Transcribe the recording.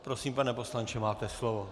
Prosím, pane poslanče, máte slovo.